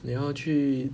你要去